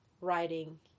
writing